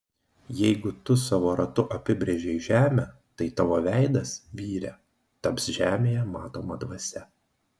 jeigu tu savo ratu apibrėžei žemę tai tavo veidas vyre taps žemėje matoma dvasia